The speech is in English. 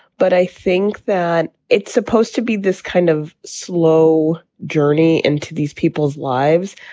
but i think that it's supposed to be this kind of slow journey into these people's lives.